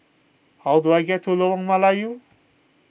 how do I get to Lorong Melayu